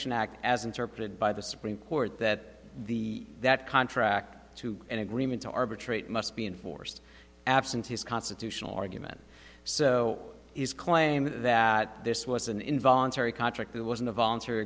act as interpreted by the supreme court that the that contract to an agreement to arbitrate must be enforced absent his constitutional argument so he's claiming that this was an involuntary contract it wasn't a voluntary